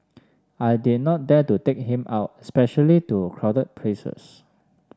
I did not dare to take him out especially to crowded places